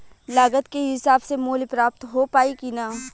लागत के हिसाब से मूल्य प्राप्त हो पायी की ना?